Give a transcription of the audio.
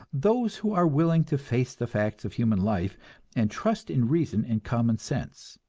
those who are willing to face the facts of human life and trust in reason and common sense.